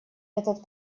этот